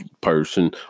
person